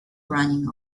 running